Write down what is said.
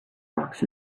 rocks